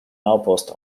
outpost